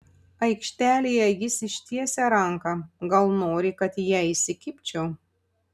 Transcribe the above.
aikštelėje jis ištiesia ranką gal nori kad į ją įsikibčiau